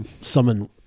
summon